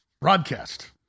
broadcast